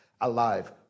alive